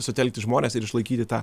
sutelkti žmones ir išlaikyti tą